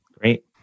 Great